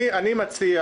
אני מציע